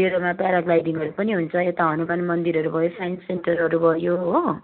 डेलोमा प्याराग्लाइडिङहरू पनि हुन्छ यता हनुमान मन्दिरहरू भयो साइन्स सेन्टरहरू भयो हो